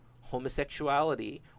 homosexuality